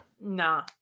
Nah